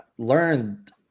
learned